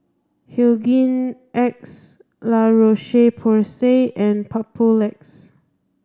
Hygin X La Roche Porsay and Papulex